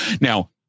Now